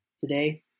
Today